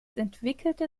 entwickelte